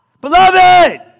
Beloved